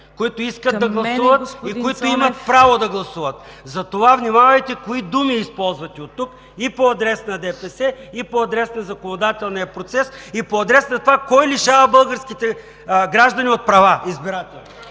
Цонев! ЙОРДАН ЦОНЕВ: …и които имат право да гласуват. Затова внимавайте кои думи използвате от тук и по адрес на ДПС, и по адрес на законодателния процес, и по адрес на това кой лишава българските граждани от избирателни